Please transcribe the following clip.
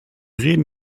reden